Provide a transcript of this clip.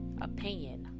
opinion